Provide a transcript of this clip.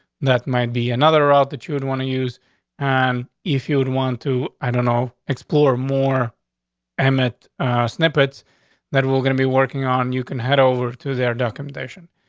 that might be another out that you would want to use on, and if you would want to. i don't know, explore more emmett snippets that we're gonna be working on. you can head over to their documentation.